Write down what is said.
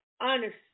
Honest